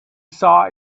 saw